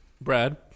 Brad